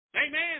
Amen